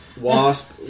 Wasp